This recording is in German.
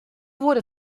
wurde